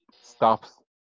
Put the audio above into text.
Stops